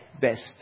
best